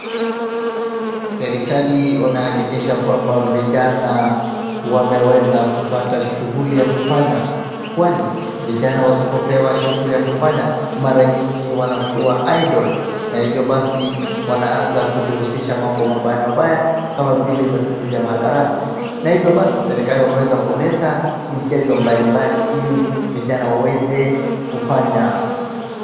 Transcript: Serikali wamehakikisha kwamba vijana wameweza kupata shughuli ya kufanya kwani vijana wasipopewa shughuli ya kufanya mara nyingi wanakuwa idle na hivyo basi wanaanza kujihusisha mambo mabaya mabaya kama vile matumizi ya mahadarati na hivyo basi serikali wameweza kuleta mchezo mbalimbali ili vijana waweze kufanya.